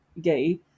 gay